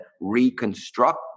reconstruct